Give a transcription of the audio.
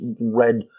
read